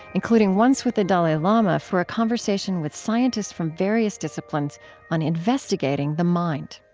including once with the dalai lama for a conversation with scientists from various disciplines on investigating the mind